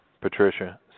Patricia